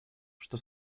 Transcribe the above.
что